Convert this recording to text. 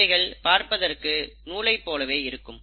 இவைகள் பார்ப்பதற்கு நூலைப் போலவே இருக்கும்